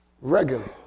Regularly